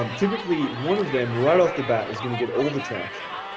um typically one of them right off the bat is gonna get all the attraction.